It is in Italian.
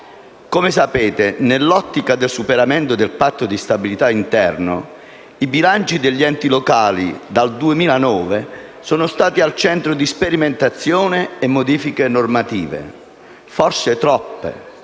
Come sapete, nell'ottica del superamento del Patto di stabilità interno, i bilanci degli enti locali dal 2009 sono stati al centro di sperimentazioni e modifiche normative. Forse troppe!